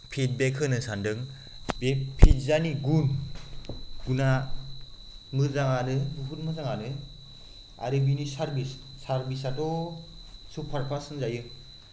feedback होनो सान्दों बे पिज्जानि गुन गुना मोजाङानो जोबोद मोजाङानो आरो बिनि सार्भिस सार्भिसाथ' सुपार फास्ट होनजायो